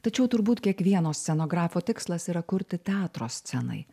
tačiau turbūt kiekvieno scenografo tikslas yra kurti teatro scenai